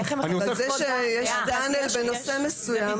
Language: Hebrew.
אבל זה שיש פנל בנושא מסוים,